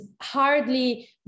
hardly